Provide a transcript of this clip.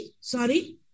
sorry